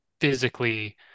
physically